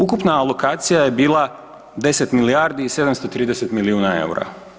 Ukupna alokacija je bila 10 milijardi i 730 milijuna eura.